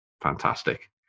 fantastic